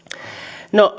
no